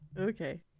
Okay